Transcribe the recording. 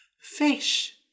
Fish